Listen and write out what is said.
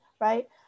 right